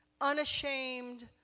unashamed